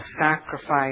sacrifice